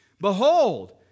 Behold